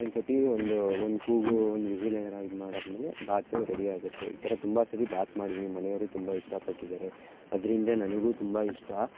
ಒಂದು ಸರ್ತಿ ಒಂದು ಒಂದು ಕೂಗು ಒಂದು ವಿಸಿಲ್ ಏನಾರೂ ಇದು ಮಾಡಾದ ಮೇಲೆ ಬಾತ್ ರೆಡಿಯಾಗುತ್ತೆ ಈ ಥರ ತುಂಬ ಸರ್ತಿ ಬಾತ್ ಮಾಡಿದ್ದೀನಿ ಮನೆಯವರು ತುಂಬ ಇಷ್ಟಪಟ್ಟಿದ್ದಾರೆ ಅದರಿಂದ ನನಗೂ ತುಂಬ ಇಷ್ಟ